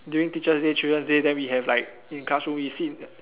during teacher's day children's day then we have like in classroom we sit